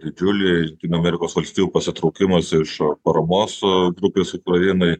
didžiulį jungtinių amerikos valstijų pasitraukimas iš paramos grupės ukrainai